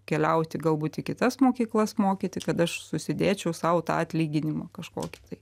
keliauti galbūt į kitas mokyklas mokyti kad aš susidėčiau sau tą atlyginimą kažkokį tai